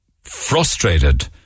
frustrated